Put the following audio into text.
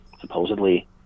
supposedly